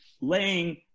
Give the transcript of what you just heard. laying